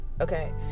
okay